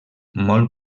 molt